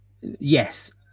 Yes